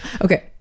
Okay